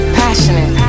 passionate